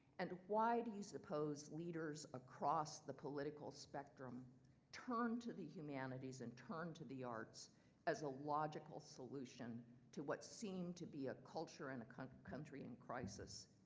and why do you suppose leaders across the political spectrum turn to the humanities and turn to the arts as a logical solution to what seemed to be a culture and a country country in crisis?